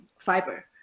fiber